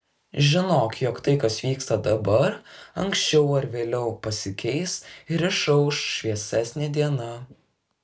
žinok jog tai kas vyksta dabar anksčiau ar vėliau pasikeis ir išauš šviesesnė diena